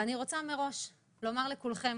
אני רוצה לומר לכולכם